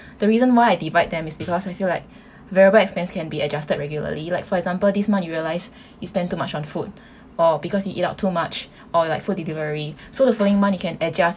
the reason why I divide them is because I feel like variable expense can be adjusted regularly like for example this month you realise you spend too much on food or because you eat out too much or like food delivery so the following month you can adjust